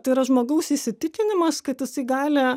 tai yra žmogaus įsitikinimas kad jisai gali